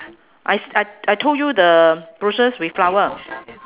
I I I told you the bushes with flower